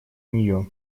нее